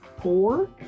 four